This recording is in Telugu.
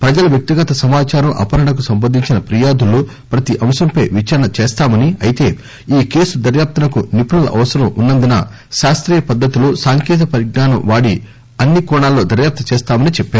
ప్రజల వ్యక్తిగత సమాచారం అపహరణకు సంబంధించిన ఫిర్యాదుల్లో ప్రతి అంశంపై విచారణ చేస్తామని అయితే ఈ కేసు దర్యాప్పనకు నిపుణుల అవసరం ఉన్నందున శాస్తీయ పద్దతిలో సాంకేతిక పరిజ్ఞానం వాడి అన్ని కోణాల్లో దర్యాప్తు చేస్తామని చెప్పారు